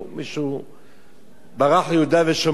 מישהו ברח ליהודה ושומרון,